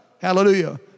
Hallelujah